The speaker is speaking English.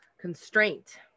constraint